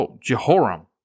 Jehoram